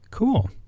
Cool